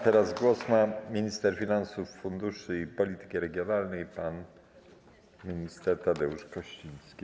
Teraz głos ma minister finansów, funduszy i polityki regionalnej pan minister Tadeusz Kościński.